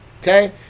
Okay